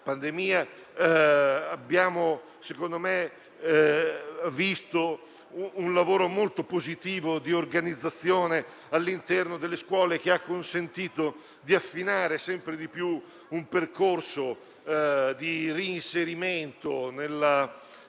abbiamo visto anche un lavoro molto positivo di organizzazione all'interno delle scuole, che ha consentito di affinare sempre di più un percorso di reinserimento nella